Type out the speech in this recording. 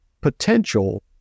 potential